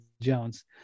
Jones